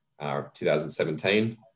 2017